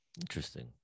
Interesting